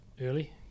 early